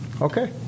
Okay